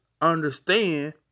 understand